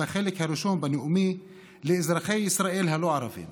בחלק הראשון בנאומי לאזרחי ישראל הלא-ערבים